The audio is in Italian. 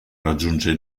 raggiunge